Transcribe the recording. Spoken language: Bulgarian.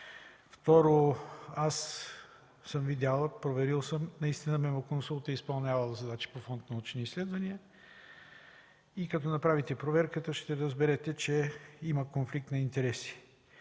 Второ, аз съм видял, проверил съм, наистина „Мемо консулт” е изпълнявал задачи на Фонд „Научни изследвания“. Като направите проверката, ще разберете, че има конфликт на интереси.